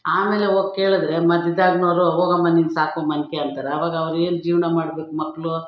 ಆಮೇಲೆ ಹೋಗಿ ಕೇಳಿದ್ರೆ ಮಧ್ಯದಾಗಿನವ್ರು ಹೋಗಮ್ಮ ನೀನು ಸಾಕು ಮಲ್ಕೋ ಅಂತಾರೆ ಆವಾಗ ಅವ್ರೇನು ಜೀವನ ಮಾಡ್ಬೇಕು ಮಕ್ಕಳು